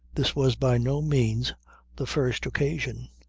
this was by no means the first occasion.